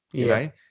right